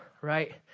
right